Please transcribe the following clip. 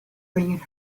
bringing